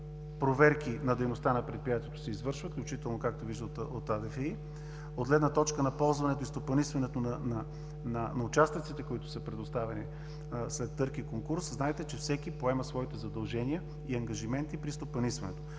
проверки на дейността на предприятието се извършват, включително, както виждате, от АДФИ. От гледна точка на ползването и стопанисването на участъците, които са предоставени след търг и конкурс, знаете, че всеки поема своите задължения и ангажименти при стопанисването,